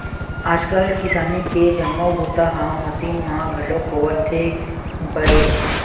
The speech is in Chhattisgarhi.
आजकाल किसानी के जम्मो बूता ह मसीन म घलोक होवत हे बइर